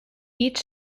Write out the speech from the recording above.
each